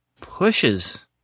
pushes